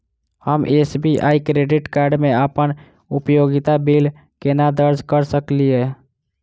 हम SBI credit card मे अप्पन उपयोगिता बिल केना दर्ज करऽ सकलिये?